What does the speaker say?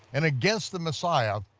and against the messiah,